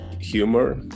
Humor